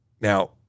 Now